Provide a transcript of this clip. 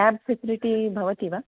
cab facility भवति वा